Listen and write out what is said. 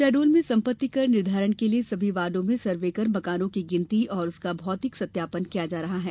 शहडोल में संपत्ति कर निर्धारण के लिये सभी वार्डों में सर्वे कर मकानों की गिनती और उसका भौतिक सत्यापन किया जा रहा है